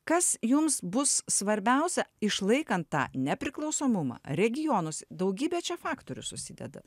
kas jums bus svarbiausia išlaikant tą nepriklausomumą regionus daugybė čia faktorių susideda